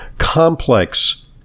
complex